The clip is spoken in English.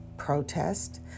Protest